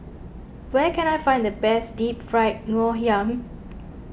where can I find the best Deep Fried Ngoh Hiang